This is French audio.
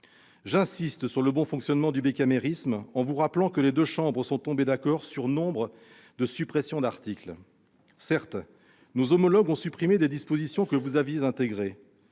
j'insiste sur le bon fonctionnement du bicamérisme, en vous rappelant que les deux chambres sont tombées d'accord sur nombre de suppressions d'articles. Certes, nos homologues ont enlevé des dispositions que vous aviez intégrées.